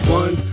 one